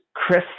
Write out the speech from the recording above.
Chris